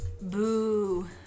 Boo